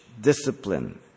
discipline